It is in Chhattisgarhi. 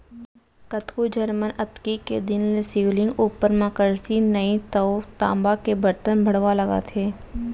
कतको झन मन अक्ती के दिन ले शिवलिंग उपर म करसी नइ तव तामा के बरतन भँड़वा लगाथे